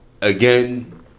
Again